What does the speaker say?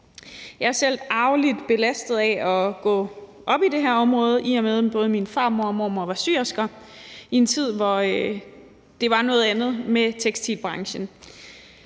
Jeg er selv arveligt belastet af at gå op i det her område, i og med at både min farmor og mormor var syersker i en tid, hvor det var noget andet med tekstilbranchen.